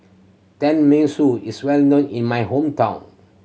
tenmusu is well known in my hometown